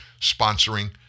sponsoring